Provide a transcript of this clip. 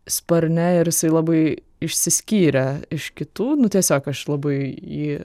sparne ir jisai labai išsiskyrė iš kitų nu tiesiog aš labai jį